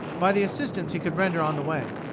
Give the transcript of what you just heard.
by the assistance he could render on the way.